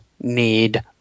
need